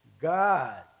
God